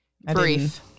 brief